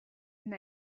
and